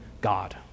God